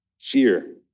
fear